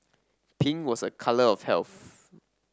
pink was a colour of health